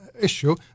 issue